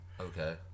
Okay